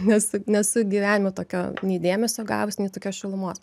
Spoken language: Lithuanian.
nes nesu gyvenime tokio nei dėmesio gavus nei tokios šilumos